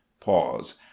pause